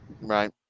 Right